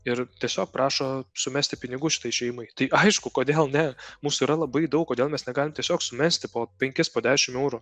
ir tiesiog prašo sumesti pinigų šitai šeimai tai aišku kodėl ne mūsų yra labai daug kodėl mes negalim tiesiog sumesti po penkis po dešim eurų